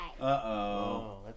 Uh-oh